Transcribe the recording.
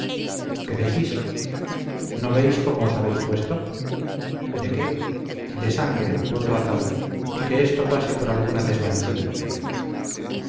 qué decís no veis cómo os habéis puesto de qué de sangre voto a tal y que esto pase por alguna desvanecida